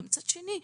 ומצד שני,